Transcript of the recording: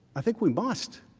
i think we've lost